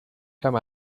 come